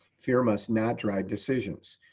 fear must not drive decisions.